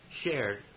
shared